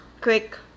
quick